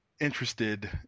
interested